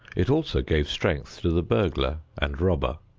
it also gave strength to the burglar and robber.